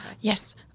Yes